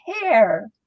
hair